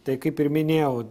tai kaip ir minėjau